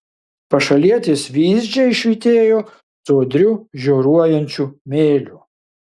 pašalietės vyzdžiai švytėjo sodriu žioruojančiu mėliu